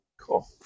Cool